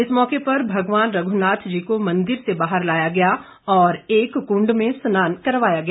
इस मौके पर भगवान रघुनाथ जी को मंदिर से बाहर लाया गया और एक कुंड में स्नान करवाया गया